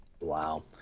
wow